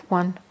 one